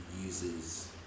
uses